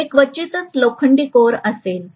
हे क्वचितच लोखंडी कोअर असेल